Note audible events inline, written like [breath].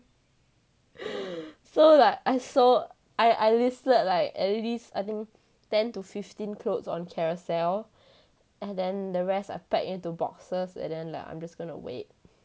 [breath] so like I sold I I listed like at least I think ten to fifteen clothes on carousell and then the rest are packed into boxes and then like I'm just gonna wait